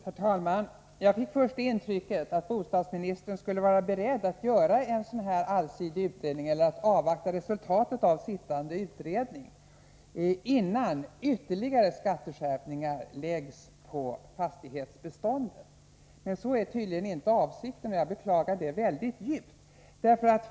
Herr talman! Jag fick först det intrycket att bostadsministern skulle vara beredd att göra en sådan här allsidig utredning om en helt neutral bostadsbeskattning eller avvakta resultatet av sittande utredning, innan ytterligare skatteskärpningar läggs på fastighetsbeståndet. Men så är tydligen inte avsikten. Jag beklagar det mycket djupt.